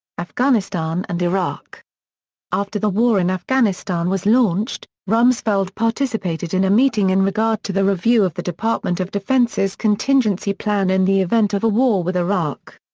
afghanistan and iraq after the war in afghanistan was launched, rumsfeld participated in a meeting in regard to the review of the department of defense's contingency plan in the event of a war with iraq.